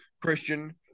Christian